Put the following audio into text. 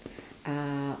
uh